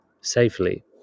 safely